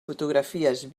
fotografies